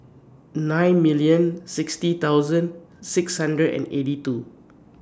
nine million sixty thousand six hundred and eighty two